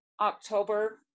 October